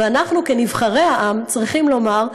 ואנחנו כנבחרי העם צריכים לומר: